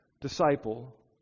disciple